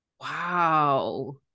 Wow